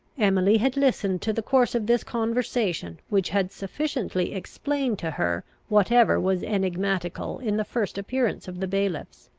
emily had listened to the course of this conversation, which had sufficiently explained to her whatever was enigmatical in the first appearance of the bailiffs.